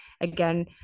again